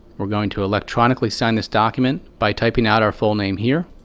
we're going to electronically sign this document by typing out our full name here.